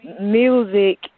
music